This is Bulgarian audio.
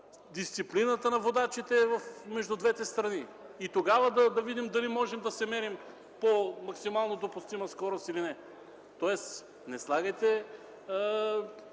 дисциплината на водачите в двете страни и тогава да видим можем ли да се мерим по максимално допустима скорост или не. Не слагайте